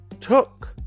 took